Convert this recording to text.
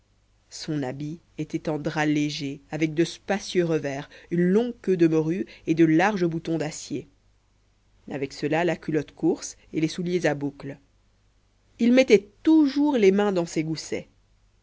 son habit était en drap léger avec de spacieux revers une longue queue de morue et de larges boutons d'acier avec cela la culotte course et les souliers à boucles il mettait toujours les mains dans ses goussets